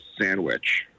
sandwich